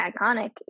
iconic